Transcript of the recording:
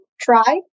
try